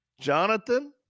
Jonathan